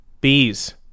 bees